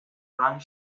frank